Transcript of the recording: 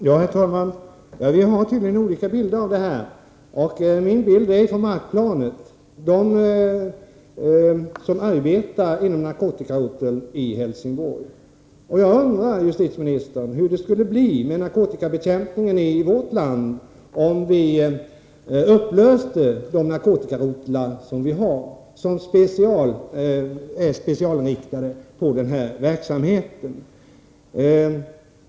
Herr talman! Vi har tydligen olika bilder av situationen. Min bild är från markplanet, från dem som arbetar inom narkotikaroteln i Helsingborg. Jag undrar, justitieministern, hur det skulle bli med narkotikabekämpningen i vårt land, om vi upplöste de specialinriktade narkotikarotlar som vi har.